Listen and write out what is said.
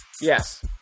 Yes